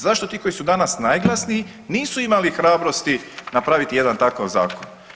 Zašto ti koji su danas najglasniji nisu imali hrabrosti napraviti jedan takav zakon.